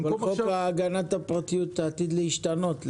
חוק הגנת הפרטיות עתיד להשתנות.